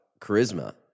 charisma